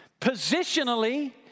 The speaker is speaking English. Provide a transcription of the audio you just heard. Positionally